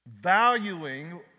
valuing